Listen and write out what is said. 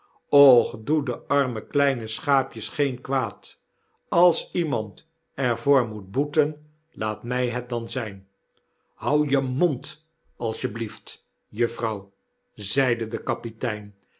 doe de arme kleine schaapjes geen kwaad als iemand er voor moet boeten laat my het dan zijn hou je mond als je blieft juffrouw zeide de kapitein